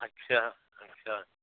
अच्छा अच्छा